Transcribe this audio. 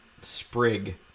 sprig